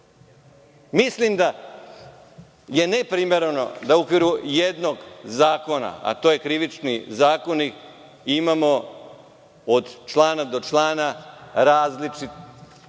stoji. Mislim da je neprimereno da u okviru jednog zakona, a to je Krivični zakonik imamo od člana do člana različit